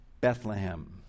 Bethlehem